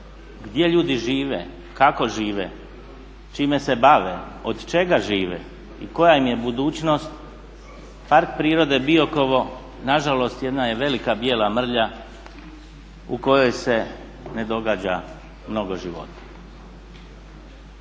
gdje ljudi žive, kako žive, čime se bave, od čega žive i koja im je mogućnost Park prirode Biokovo, nažalost jedna je velika bijela mrlja u kojoj se ne događa mnogo života.